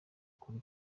kuri